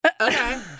Okay